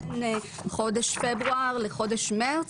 בין חודש פברואר לחודש מרץ,